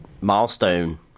milestone